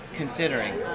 Considering